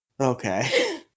Okay